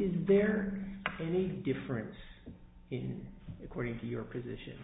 is there any difference in according to your position